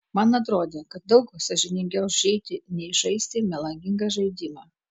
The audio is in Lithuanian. man atrodė kad daug sąžiningiau išeiti nei žaisti melagingą žaidimą